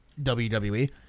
WWE